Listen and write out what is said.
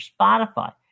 Spotify